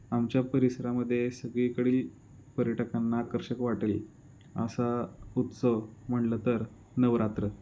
आमच्या परिसरामध्ये सगळीकडे पर्यटकांना आकर्षक वाटेल असा उत्सव म्हटलं तर नवरात्र